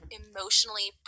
emotionally